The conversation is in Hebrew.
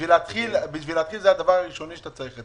בשביל להתחיל זה הדבר הראשון שצריך,